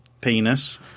penis